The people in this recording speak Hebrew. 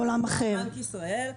--- האתר של בנק ישראל,